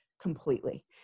completely